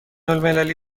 المللی